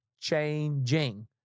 changing